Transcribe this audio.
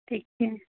ठीक है